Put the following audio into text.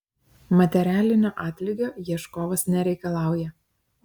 materialinio atlygio ieškovas nereikalauja